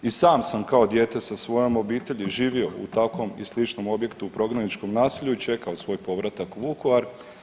I sam sam kao dijete sa svojom obitelji živio u takvom i sličnom objektu u prognaničkom naselju i čekao svoj povratak u Vukovar.